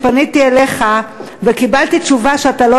ופניתי אליך וקיבלתי תשובה שאתה לא